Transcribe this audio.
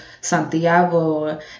Santiago